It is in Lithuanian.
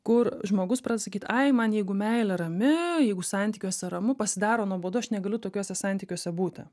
kur žmogus pradeda sakyt ai man jeigu meilė rami jeigu santykiuose ramu pasidaro nuobodu aš negaliu tokiuose santykiuose būti